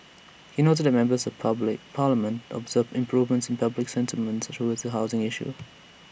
he noted that members of public parliament observed improvements in public sentiments towards the housing issues